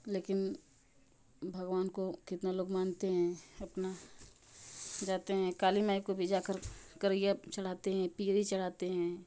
लेकिन भगवान को कितना लोग मानते हैं अपना जाते हैं काली माई को भी जाकर चढ़ाते हैं पीली चढ़ाते हैं